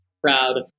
proud